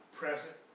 present